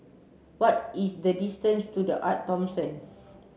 what is the distance to The Arte Thomson